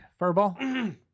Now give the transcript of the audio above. Furball